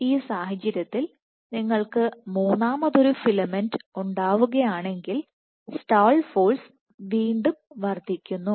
ഈ സാഹചര്യത്തിൽ നിങ്ങൾക്ക് മൂന്നാമതൊരു ഫിലമെന്റ് ഉണ്ടാവുകയാണെങ്കിൽ സ്റ്റാൾ ഫോഴ്സ് വീണ്ടും വർദ്ധിക്കുന്നു